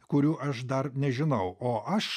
kurių aš dar nežinau o aš